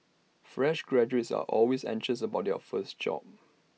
fresh graduates are always anxious about their first job